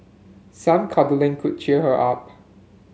some cuddling could cheer her up